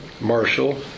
Marshall